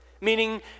Meaning